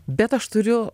bet aš turiu